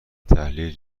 تحلیل